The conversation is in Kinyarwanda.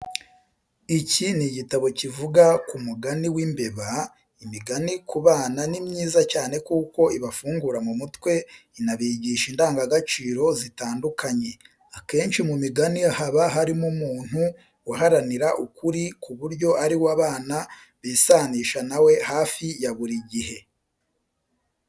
Iki ni igitabo kivuga ku mugani w'imbeba. Imigani ku bana ni myiza cyane kuko ibafungura mu mutwe inabigisha indangagaciro zitandukanye. Akenshi mu migani haba harimo umuntu uharanira ukuri ku buryo ariwe abana bisanisha nawe hafi ya buri gihe.